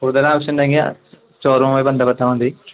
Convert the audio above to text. ആവശ്യമുണ്ടെങ്കിൽ ഷോ റൂമുമായി ബന്ധപ്പെട്ടാൽ മതി